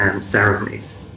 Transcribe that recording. ceremonies